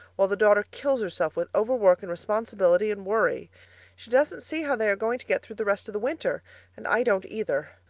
while the daughter kills herself with overwork and responsibility and worry she doesn't see how they are going to get through the rest of the winter and i don't either.